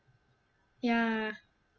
ya